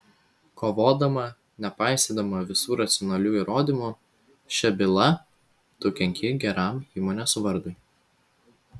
kovodama nepaisydama visų racionalių įrodymų šia byla tu kenki geram įmonės vardui